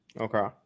Okay